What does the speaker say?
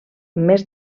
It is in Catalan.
més